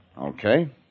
Okay